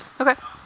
Okay